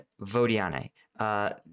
Vodiane